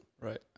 Right